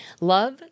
Love